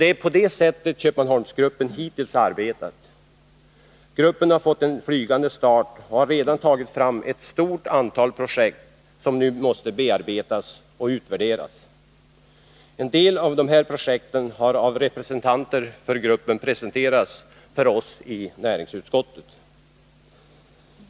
Det är på det sättet Köpmanholmsgruppen hittills har arbetat. Gruppen har fått en flygande start och har redan tagit fram ett stort antal projekt, som nu måste bearbetas och utvärderas. En del av dessa projekt har av representanter för gruppen presenterats för oss i näringsutskottet.